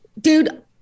dude